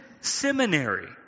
seminary